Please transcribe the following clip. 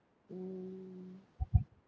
um